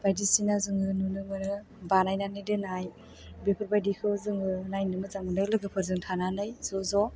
बायदिसिना जों नुनो मोनो बानायनानै दोननाय बेफोरबायदिखौ जों नायनो मोजां मोनो लोगोफोरजों थानानै ज'ज'